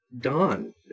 dawn